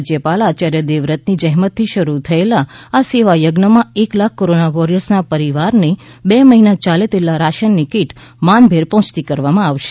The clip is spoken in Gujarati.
રાજયપાલ આચાર્ય દેવવ્રતની જહેમત થી શરૂ થયેલા આ સેવાયજ્ઞમાં એક લાખ કોરોના વોરિયર્સના પરિવારને બે મહિના યાલે તેટલા રાશનની કીટ માનભેર પહોંચતી કરવામાં આવશે